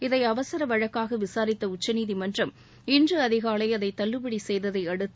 இதை அவசர வழக்காக விசாரித்த உச்சநீதிமன்றம் இன்று அதிகாலை அதை தள்ளுபடி செய்ததை அடுத்து